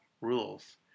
rules